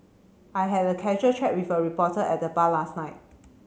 I had a casual chat with a reporter at the bar last night